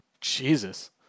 jesus